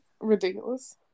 Ridiculous